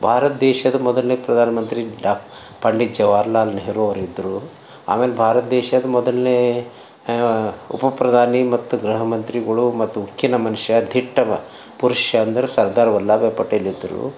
ಭಾರತ ದೇಶದ ಮೊದಲನೆ ಪ್ರಧಾನ್ ಮಂತ್ರಿ ಡಾಕ್ ಪಂಡಿತ ಜವಹರ್ಲಾಲ್ ನೆಹರು ಅವರಿದ್ರು ಆಮೇಲೆ ಭಾರತ ದೇಶದ ಮೊದಲನೇ ಉಪಪ್ರಧಾನಿ ಮತ್ತು ಗೃಹಮಂತ್ರಿಗಳು ಮತ್ತು ಉಕ್ಕಿನ ಮನುಷ್ಯ ಧಿಟ್ಟವ ಪುರುಷ ಅಂದರೆ ಸರ್ದಾರ್ ವಲ್ಲಭಬಾಯ್ ಪಟೇಲ್ ಇದ್ರು